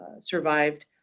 survived